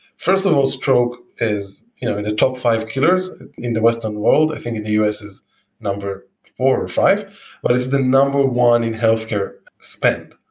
first of all, stroke is in the top five killers in the western world. i think in the us is number four or five, but it's the number one in healthcare spend,